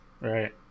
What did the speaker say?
Right